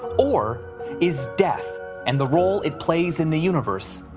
or is death and the role it plays in the universe,